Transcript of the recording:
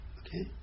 okay